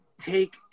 take